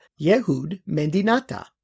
Yehud-Mendinata